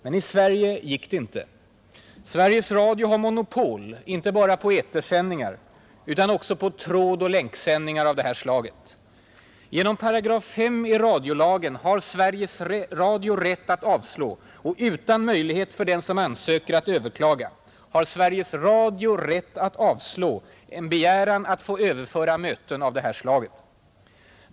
Men i Sverige gick det inte. Sveriges Radio har monopol inte bara på eterprogram utan också på trådoch länksändningar av det här slaget. Genom 8 5 i radiolagen har Sveriges Radio rätt att avslå — utan möjlighet för den som ansöker att överklaga — en begäran att få överföra möten av det här slaget.